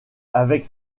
avec